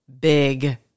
big